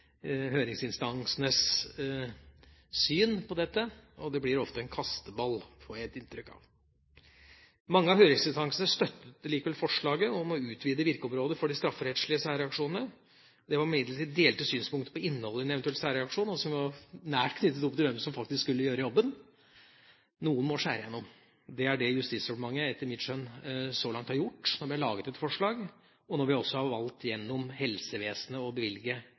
høringsinstansenes syn på dette. Det blir ofte en kasteball, får jeg inntrykk av. Mange av høringsinstansene støttet likevel forslaget om å utvide virkeområdet for de strafferettslige særreaksjonene. Det var imidlertid delte synspunkter på innholdet i en eventuell særreaksjon, som var nært knyttet opp til hvem som faktisk skulle gjøre jobben. Noen må skjære igjennom. Det er det Justisdepartementet etter mitt skjønn så langt har gjort når vi har laget et forslag, og når vi også har valgt gjennom helsevesenet å bevilge